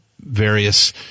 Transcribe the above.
various